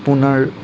আপোনাৰ